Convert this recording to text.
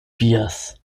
beers